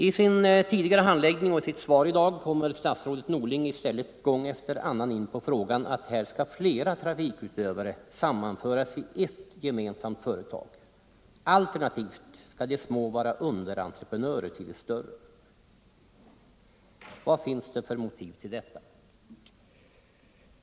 I sin tidigare handläggning och i sitt svar i dag har statsrådet Norling gång efter annan kommit in på att flera trafikutövare skall sammanföras i ett gemensamt företag, alternativt att de små skall vara underentreprenörer till de större. Vad finns det för motiv till detta?